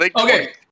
Okay